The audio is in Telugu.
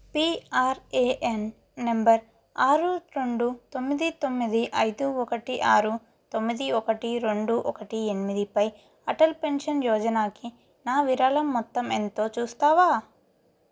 పీఆర్ఏఎన్ నంబర్ ఆరు రెండు తొమ్మిది తొమ్మిది ఐదు ఒకటి ఆరు తొమ్మిది ఒకటి రెండు ఒకటి ఎనిమిదిపై అటల్ పెన్షన్ యోజనకి నా విరాళం మొత్తం ఎంతో చూస్తావా